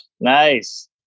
Nice